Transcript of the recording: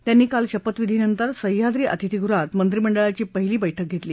त्यांनी काल शपथविधीनंतर सह्याद्री अतिथीगृहात मंत्रीमंडळाची पहिली बैठक घेतली